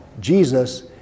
Jesus